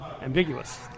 Ambiguous